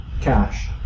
cash